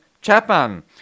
Chapman